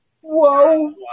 Whoa